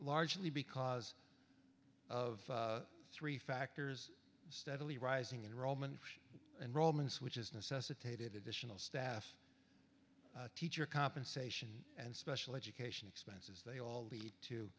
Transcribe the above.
largely because of three factors steadily rising in roman enrollments which is necessitated additional staff teacher compensation and special education expenses they all lead to